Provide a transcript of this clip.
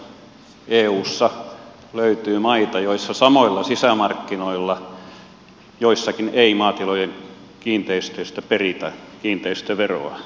eussa löytyy maita joissa samoilla sisämarkkinoilla joissakin ei maatilojen kiinteistöistä peritä kiinteistöveroa